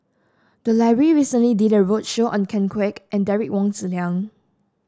the library recently did a roadshow on Ken Kwek and Derek Wong Zi Liang